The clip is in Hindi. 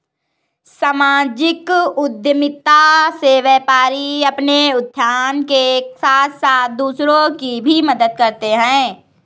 सामाजिक उद्यमिता में व्यापारी अपने उत्थान के साथ साथ दूसरों की भी मदद करते हैं